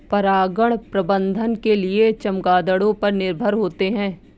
परागण प्रबंधन के लिए चमगादड़ों पर निर्भर होते है